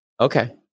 Okay